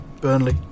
Burnley